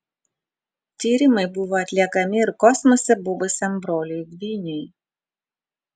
tyrimai buvo atliekami ir kosmose buvusiam broliui dvyniui